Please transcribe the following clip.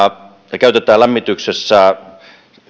sitä käytetään lämmityksessä